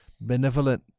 benevolent